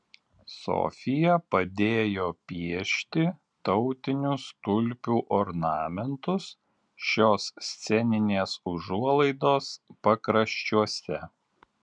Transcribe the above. sofija padėjo piešti tautinius tulpių ornamentus šios sceninės užuolaidos pakraščiuose